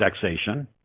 taxation